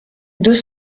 deux